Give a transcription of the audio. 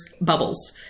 bubbles